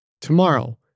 Tomorrow